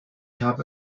habe